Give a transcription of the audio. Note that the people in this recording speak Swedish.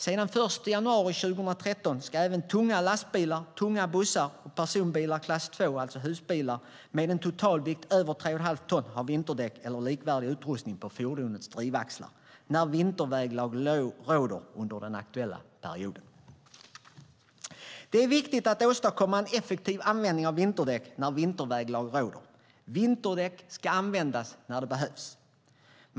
Sedan den 1 januari 2013 ska även tunga lastbilar, tunga bussar och personbilar klass II, det vill säga husbilar, med en totalvikt över 3 1⁄2 ton ha vinterdäck eller likvärdig utrustning på fordonets drivaxlar när vinterväglag råder under den aktuella perioden. Det är viktigt att åstadkomma en effektiv användning av vinterdäck när vinterväglag råder. Vinterdäck ska användas när det behövs.